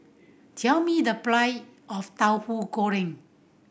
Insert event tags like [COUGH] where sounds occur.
tell me the [UNINTELLIGIBLE] of Tauhu Goreng